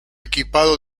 equipado